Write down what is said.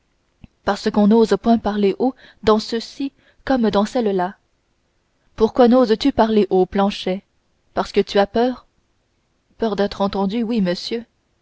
parce qu'on n'ose point parler haut dans ceux-ci comme dans celles-là pourquoi noses tu parler haut planchet parce que tu as peur peur d'être entendu oui monsieur